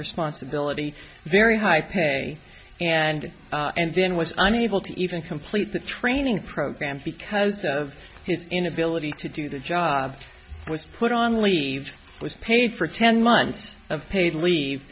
responsibility very high pay and and then was unable to even complete the training program because of his inability to do the job was put on leave was paid for ten months of paid leave